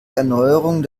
erneuerung